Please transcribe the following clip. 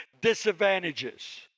disadvantages